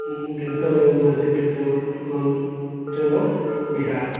दिनकर माझीके जे नाम छै ओ बिहार